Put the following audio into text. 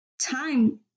Time